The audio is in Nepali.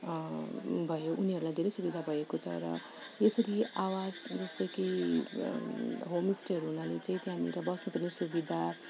भयो उनीहरलाई धेरै सुविधा भएको छ र यसरी आवास जस्तै कि होमस्टेहरू हुनाले चाहिँ त्यहाँनेर बस्न पनि सुविधा